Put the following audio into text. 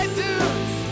dudes